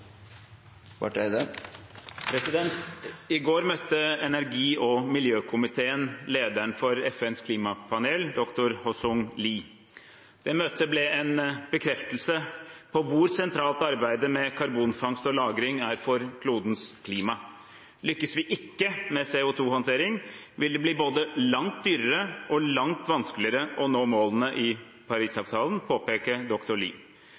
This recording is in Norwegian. I går møtte energi- og miljøkomiteen lederen for FNs klimapanel, dr. Hoesung Lee. Det møtet ble en bekreftelse på hvor sentralt arbeidet med karbonfangst og -lagring er for klodens klima. Lykkes vi ikke med CO 2 -håndtering, vil det bli både langt dyrere og langt vanskeligere å nå målene i